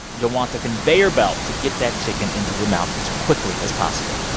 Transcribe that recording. you'll want a conveyor belt to get that chicken into your mouth as quickly as possible.